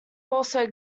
also